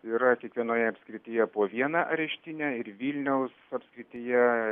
yra kiekvienoje apskrityje po vieną areštinę ir vilniaus apskrityje